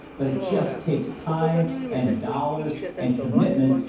but it just takes time and dollars and commitment,